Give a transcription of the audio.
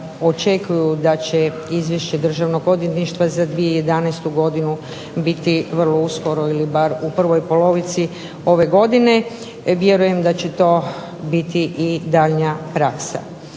očekuju da će Izvješće Državnog odvjetništva za 2011. godinu biti vrlo uskoro ili bar prvoj polovici ove godine, vjerujem da će to biti daljnja praksa.